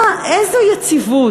מה, איזו יציבות?